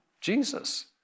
Jesus